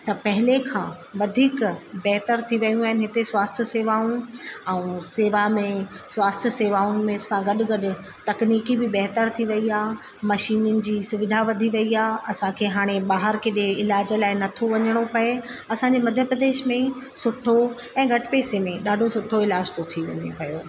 त पहिरियों खां वधीक बहितर थी वियूं आहिनि हिते स्वास्थ शेवाऊं ऐं शेवा में स्वास्थ शेवाउनि में सां गॾु गॾु तकनीकी बि बहितर थी वई आहे मशीनिनि जी सुविधा वधी वई आहे असांखे हाणे ॿाहिरि किथे इलाज लाइ न थो वञीणो पए असांजे मध्य प्रदेश में ई सुठो ऐं घटि पेसे में ॾाढो सुठो इलाज थो थी वञे पियो